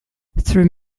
through